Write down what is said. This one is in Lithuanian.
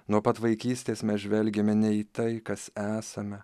nuo pat vaikystės mes žvelgiame ne į tai kas esame